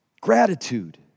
gratitude